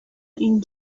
این